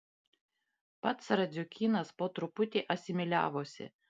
pats radziukynas po truputį asimiliavosi